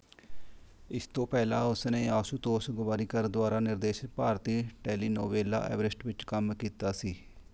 ਇਸ ਤੋਂ ਪਹਿਲਾਂ ਉਸ ਨੇ ਆਸ਼ੂਤੋਸ਼ ਗੋਵਾਰੀਕਰ ਦੁਆਰਾ ਨਿਰਦੇਸ਼ਤ ਭਾਰਤੀ ਟੈਲੀਨੋਵੈਲਾ ਐਵਰੈਸਟ ਵਿੱਚ ਕੰਮ ਕੀਤਾ ਸੀ